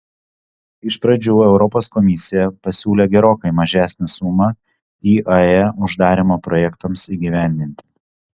iš pradžių europos komisija pasiūlė gerokai mažesnę sumą iae uždarymo projektams įgyvendinti